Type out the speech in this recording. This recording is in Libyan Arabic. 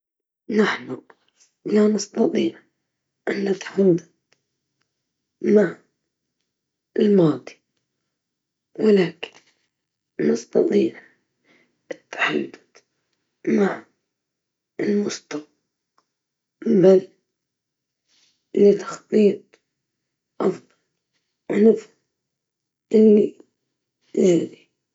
نفضل التحكم في الحيوانات، لأن الحيوانات بتعبر عن براءة الطبيعة والعفوية، ويكون عندي قدرة على فهم وتوجيه عالمها وتقديم رعاية أفضل، هذا بيساعد على تحسين حياتها وإعادة التناغم مع الطبيعة، اللي غالبًا بنفقدها بسبب التقدم التكنولوجي.